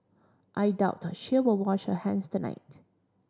I doubt she will wash her hands tonight